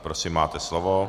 Prosím, máte slovo.